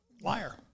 liar